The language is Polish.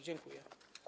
Dziękuję.